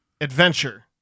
Adventure